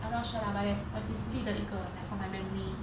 I not sure lah but then 我只记得一个 like from my memory